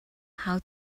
how